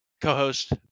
co-host